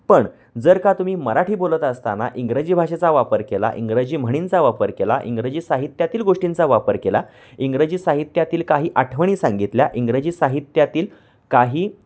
पण जर का तुम्ही मराठी बोलत असताना इंग्रजी भाषेचा वापर केला इंग्रजी म्हणींचा वापर केला इंग्रजी साहित्यातील गोष्टींचा वापर केला इंग्रजी साहित्यातील काही आठवणी सांगितल्या इंग्रजी साहित्यातील काही